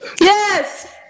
Yes